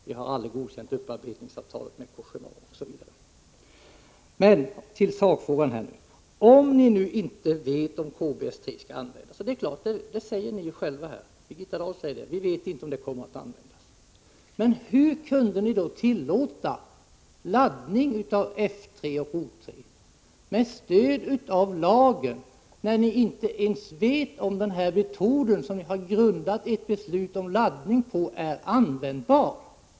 Vi har aldrig godkänt upparbetningsavtalet med Cogéma, osv. Till sakfrågan: Om ni nu inte vet om KBS 3 skall användas, vilket ju Birgitta Dahl här säger att ni inte vet, hur kunde ni då tillåta laddning av F 3 och O 3, med stöd av lagen, när ni inte ens vet om den metod som ni har grundat ert beslut om laddning på är användbar?